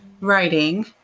writing